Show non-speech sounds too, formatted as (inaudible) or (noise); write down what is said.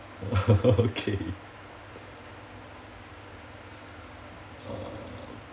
(laughs) okay uh